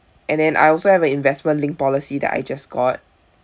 and then I also have a investment-linked policy that I just got